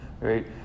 right